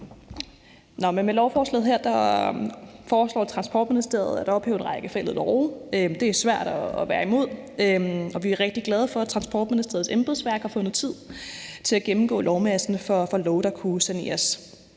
Med lovforslaget her foreslår Transportministeriet at ophæve en række forældede love. Det er svært at være imod, og vi er rigtig glade for, at Transportministeriets embedsværk har fundet tid til at gennemgå lovmassen for love, der kunne saneres.